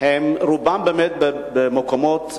רובן באמת במקומות,